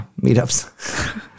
Meetups